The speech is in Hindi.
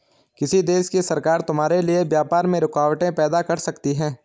किसी देश की सरकार तुम्हारे लिए व्यापार में रुकावटें पैदा कर सकती हैं